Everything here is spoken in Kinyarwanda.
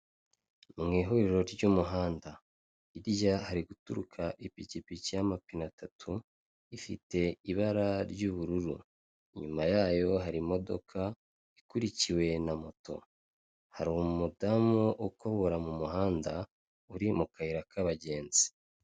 Umuhanda w'umukara irimo ibinyabiziga bishinzwe gutwara anagenizi inyabiziga bikaba bifite ibara ry'umweru imbere yaho hakaba hari umugabo wambaye agapira kajya gusa umweru n'ipanaro ijya gusa ubururu.